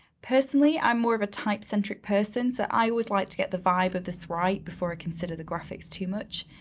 personally, i'm more of a type centric person so i always like to get the vibe of this right before i consider the graphics too much.